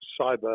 cyber